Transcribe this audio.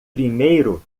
primeiro